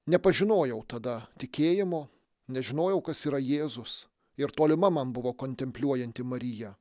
nepažinojau tada tikėjimo nežinojau kas yra jėzus ir tolima man buvo kontempliuojanti marija